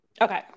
okay